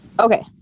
Okay